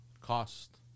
Cost